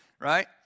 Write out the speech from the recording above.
right